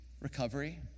recovery